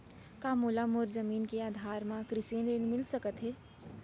का मोला मोर जमीन के आधार म कृषि ऋण मिलिस सकत हे?